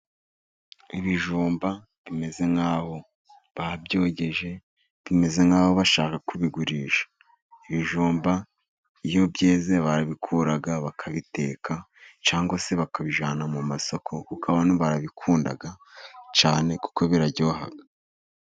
Ibijumba bimeze nk'aho babyogeje, bimeze nk'aho bashaka kubigurisha. Ibijumba iyo byeze barabikura bakabiteka, cyangwa se bakabijyana mu masoko, kuko abantu barabikunda cyane, kuko biraryoha.